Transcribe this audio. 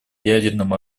ядерным